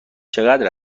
چقدر